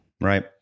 right